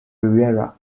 riviera